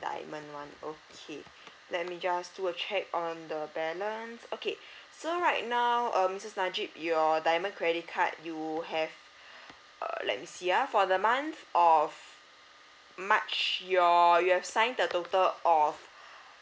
diamond one okay let me just do a check on the balance okay so right now um missus najib your diamond credit card you have uh let me see ah for the month of march your you have signed the total of